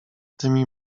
tymi